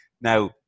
Now